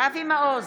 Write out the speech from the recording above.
אבי מעוז,